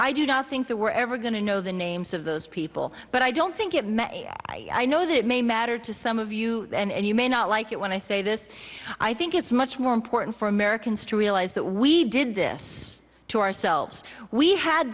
i do not think that we're ever going to know the names of those people but i don't think it may i know that it may matter to some of you and you may not when i say this i think it's much more important for americans to realize that we did this to ourselves we had